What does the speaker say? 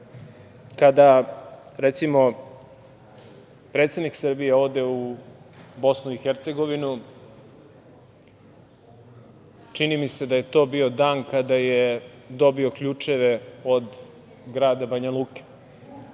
kada, recimo, predsednik Srbije ode u Bosnu i Hercegovinu, čini mi se da je to bio dan kada je dobio ključeve od grada Banjaluke